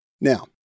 Now